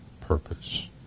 purpose